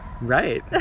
Right